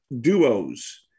duos